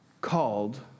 called